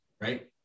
right